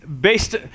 based